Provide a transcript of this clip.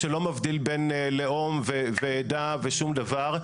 שלא מבדיל בין לאום ועדה ושום דבר.